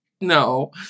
no